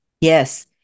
yes